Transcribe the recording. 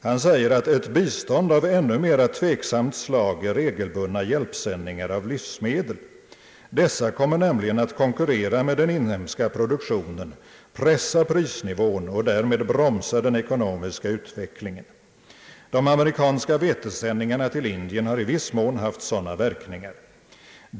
Han säger att bistånd av ännu mera tveksamt slag är regelbundna hjälpsändningar av livsmedel. Dessa kommer nämligen att konkurrera med den inhemska produktionen, pressa prisnivån och därmed bromsa den ekonomiska utvecklingen. De amerikanska vetesändningarna till Indien har i viss mån haft sådana verkningar.